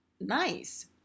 nice